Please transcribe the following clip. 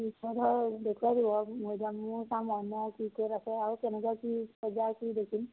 ধৰ দেখুৱাই দিব মৈদামো চাম অন্য আৰু কি ক'ত আছে আৰু কেনেদৰে কি পৰ্যায়ৰ কি দেখিম